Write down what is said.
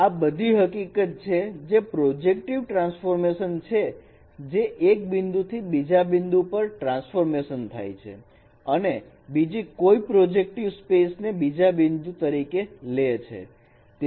તો આ બધી હકીકત છે જે પ્રોજેક્ટિવ ટ્રાન્સફોર્મેશન છે જે એક બિંદુથી બીજા બિંદુ પર ટ્રાન્સફોર્મેશન થાય છે અને બીજી કોઈ પ્રોજેક્ટિવ સ્પેસ ને બીજા બિંદુ તરીકે લે છે